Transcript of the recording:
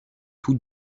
tous